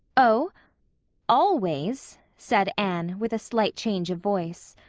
oh always? said anne with a slight change of voice.